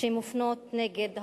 שמופנות נגד הערבים,